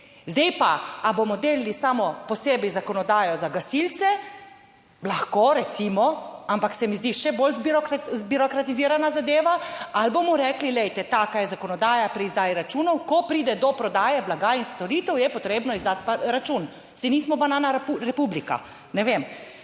Zdaj pa, ali bomo delali samo posebej zakonodajo za gasilce, lahko, recimo, ampak se mi zdi še bolj zbirokratizirana zadeva, ali bomo rekli, glejte, taka je zakonodaja pri izdaji računov, ko pride do prodaje blaga in storitev je potrebno izdati račun. Saj nismo banana republika, ne vem,